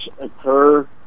occur